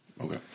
Okay